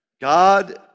God